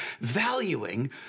valuing